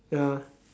ya